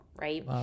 Right